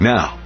Now